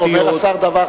אומר השר דבר,